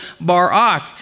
Barak